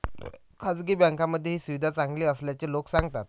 खासगी बँकांमध्ये ही सुविधा चांगली असल्याचे लोक सांगतात